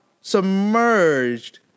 submerged